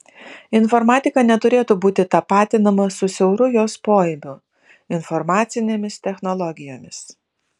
informatika neturėtų būti tapatinama su siauru jos poaibiu informacinėmis technologijomis